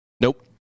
Nope